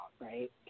Right